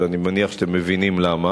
ואני מניח שאתם מבינים למה,